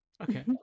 Okay